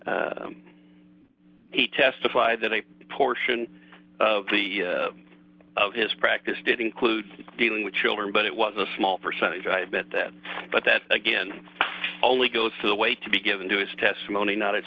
that he testified that a portion of his practice did include dealing with children but it was a small percentage i have met that but that again only goes to the way to be given to his testimony not